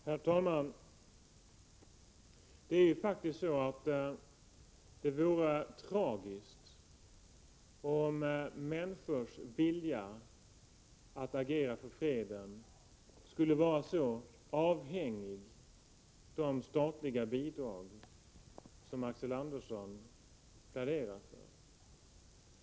Herr talman! Det vore tragiskt om människors vilja att agera för freden skulle vara så avhängig av de statliga bidrag som Axel Andersson pläderar för.